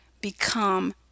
become